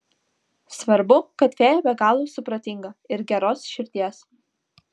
svarbu kad fėja be galo supratinga ir geros širdies